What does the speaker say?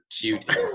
cute